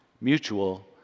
mutual